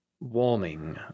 Warming